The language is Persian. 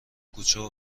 کوچه